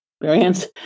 experience